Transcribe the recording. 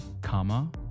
comma